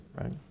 right